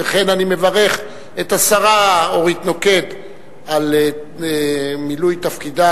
וכן אני מברך את השרה אורית נוקד על מילוי תפקידה